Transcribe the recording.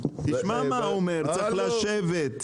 תשמע מה הוא אומר 'צריך לשבת'.